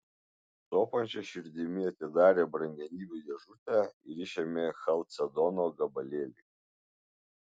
sopančia širdimi atidarė brangenybių dėžutę ir išėmė chalcedono gabalėlį